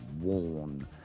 worn